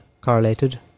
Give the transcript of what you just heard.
correlated